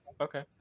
okay